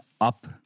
up